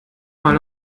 mal